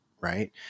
right